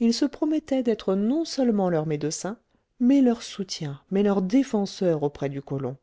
il se promettait d'être non-seulement leur médecin mais leur soutien mais leur défenseur auprès du colon